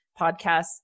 podcasts